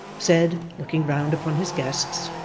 said, looking round upon his guests